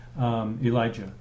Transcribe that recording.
Elijah